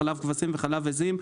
לחלב כבשים ולחלב עיזים,